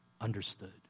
understood